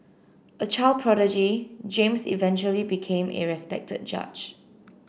a child prodigy James eventually became a respected judge